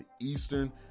eastern